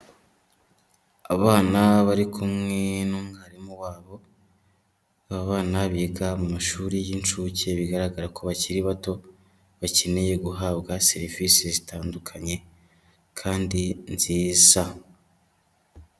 Abana bari kumwe n'umwarimu wabo, aba bana biga mu mashuri y'inshuke, bigaragara ko bakiri bato, bakeneye guhabwa serivise zitandukanye kandi nziza.